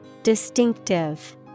distinctive